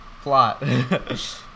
plot